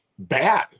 Bad